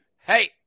Hey